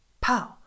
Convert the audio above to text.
pow